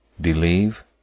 believe